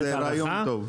זה רעיון טוב.